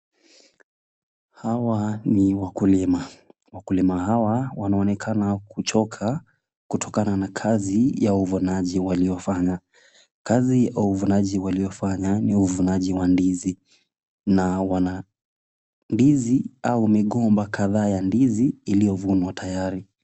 Hawa ni wakulima. Wakulima hawa wanaonekana kuchoka kutokana na kazi ya uvunaji waliyofanya. Kazi ya uvunaji waliyofanya ni uvunaji wa ndizi, na wana ndizi au migomba kadhaa ya ndizi iliyovunwa tayari.